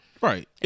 Right